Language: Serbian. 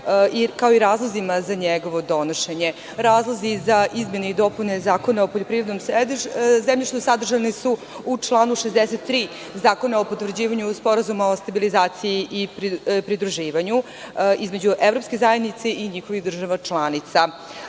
kao i razlozima za njegovo donošenje. Razlozi za izmene i dopune Zakona o poljoprivrednom zemljištu sadržani su u članu 63. Zakona o potvrđivanje Sporazuma o stabilizaciji i pridruživanju između Evropske zajednice i njihovih država članica. Novim